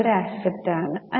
അത് ഒരു അസറ്റ് ആണ്